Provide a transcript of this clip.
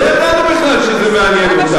לא ידענו בכלל שזה מעניין אותה.